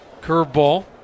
curveball